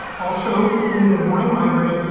also, we're gonna go to wine library,